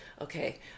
okay